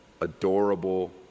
adorable